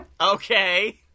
Okay